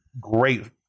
great